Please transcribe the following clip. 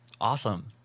Awesome